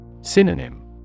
Synonym